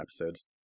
episodes